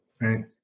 right